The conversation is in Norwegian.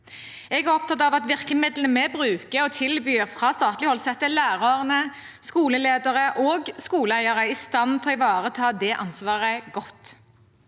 Jeg er opptatt av at virkemidlene vi bruker og tilbyr fra statlig hold, setter lærere, skoleledere og skoleeiere i stand til å ivareta det ansvaret godt.